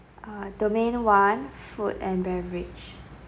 uh domain one food and beverage